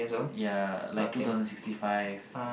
ya like two thousand sixty five